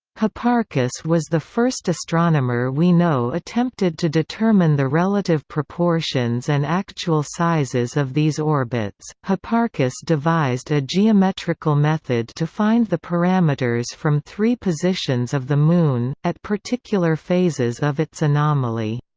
was the first astronomer we know attempted to determine the relative proportions and actual sizes of these orbits hipparchus devised a geometrical method to find the parameters from three positions of the moon, at particular phases of its anomaly.